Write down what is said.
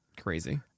Crazy